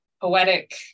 poetic